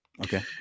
Okay